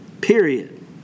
Period